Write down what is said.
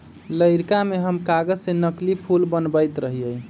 लइरका में हम कागज से नकली फूल बनबैत रहियइ